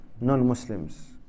non-Muslims